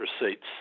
receipts